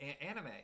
anime